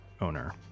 owner